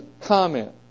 comment